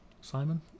Simon